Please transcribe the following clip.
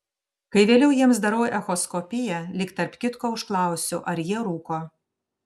kai vėliau jiems darau echoskopiją lyg tarp kitko užklausiu ar jie rūko